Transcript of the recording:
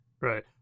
Right